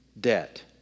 debt